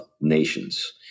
nations